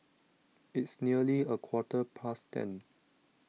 its nearly a quarter past ten